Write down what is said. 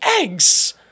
eggs